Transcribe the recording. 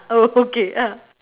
oh okay ah